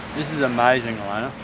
this is amazing elayna.